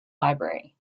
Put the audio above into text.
library